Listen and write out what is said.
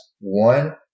one